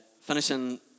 finishing